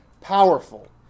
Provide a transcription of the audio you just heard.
powerful